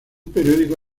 periódico